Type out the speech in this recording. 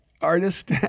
artist